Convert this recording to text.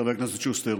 חבר הכנסת שוסטר,